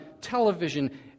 television